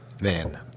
man